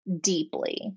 deeply